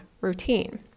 routine